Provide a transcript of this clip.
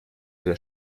der